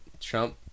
Trump